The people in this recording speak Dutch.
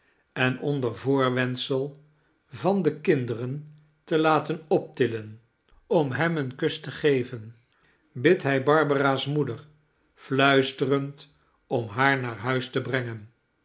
en onder voorwendsel van de kinderen te laten optillen om hem een kus te geven bidt hij barbara's moeder fluisterend om haar naar huis te brengen